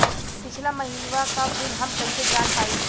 पिछला महिनवा क बिल हम कईसे जान पाइब?